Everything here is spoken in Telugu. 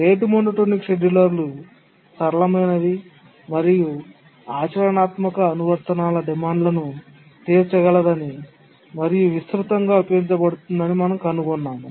రేటు మోనోటోనిక్ షెడ్యూలర్ సరళమైనది మరియు ఆచరణాత్మక అనువర్తనాల డిమాండ్లను తీర్చగలదని మరియు విస్తృతంగా ఉపయోగించబడుతుందని మనం కనుగొన్నాము